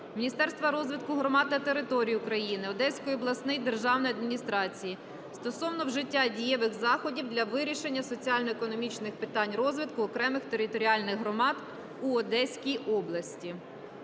Міністерства розвитку громад та територій України, Одеської обласної державної адміністрації стосовно вжиття дієвих заходів для вирішення соціально-економічних питань розвитку окремих територіальних громад у Одеській області.